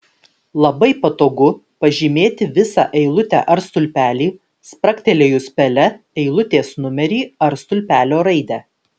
labai patogu pažymėti visą eilutę ar stulpelį spragtelėjus pele eilutės numerį ar stulpelio raidę